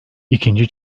i̇kinci